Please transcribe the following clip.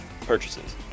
purchases